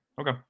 Okay